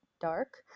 dark